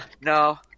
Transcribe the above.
No